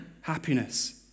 happiness